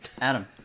Adam